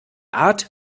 art